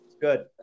good